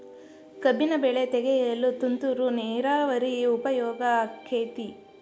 ಕಬ್ಬಿನ ಬೆಳೆ ತೆಗೆಯಲು ತುಂತುರು ನೇರಾವರಿ ಉಪಯೋಗ ಆಕ್ಕೆತ್ತಿ?